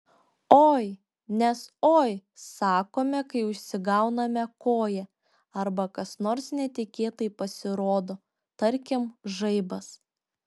oi nes oi sakome kai užsigauname koją arba kas nors netikėtai pasirodo tarkim žaibas